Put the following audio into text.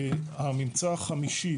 הממצא החמישי